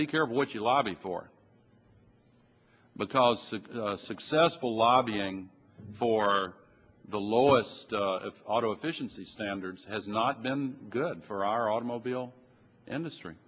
be careful what you lobby for because successful lobbying for the lowest auto efficiency standards has not been good for our automobile industry